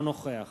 אינו נוכח